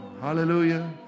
Hallelujah